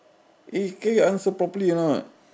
eh can you answer properly or not